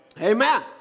Amen